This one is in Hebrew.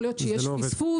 יכול להיות שיש פספוס,